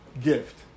gift